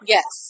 Yes